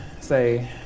say